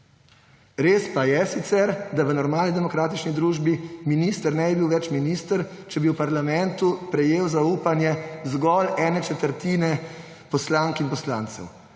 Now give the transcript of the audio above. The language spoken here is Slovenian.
Res pa je sicer, da v normalni demokratični družbi minister ne bi bil več minister, če bi v parlamentu prejel zaupanje zgolj ene četrtine poslank in poslancev.